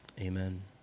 amen